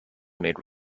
made